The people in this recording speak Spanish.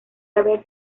haber